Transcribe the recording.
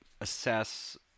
assess